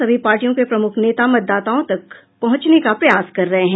सभी पार्टियों के प्रमुख नेता मतदाताओं तक पहुंचने का प्रयास कर रहे हैं